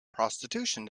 prostitution